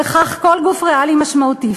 וכך כל גוף ריאלי משמעותי,